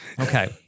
Okay